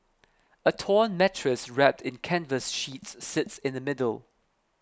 a torn mattress wrapped in canvas sheets sits in the middle